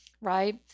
right